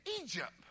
Egypt